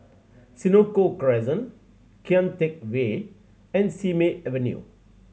Senoko Crescent Kian Teck Way and Simei Avenue